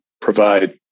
provide